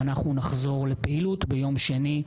ואנחנו נחזור לפעילות ביום שני,